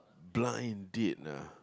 blind date ah